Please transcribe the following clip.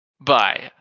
Bye